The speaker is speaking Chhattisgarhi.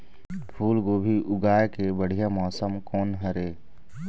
फूलगोभी उगाए के बढ़िया मौसम कोन हर ये?